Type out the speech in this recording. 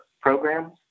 programs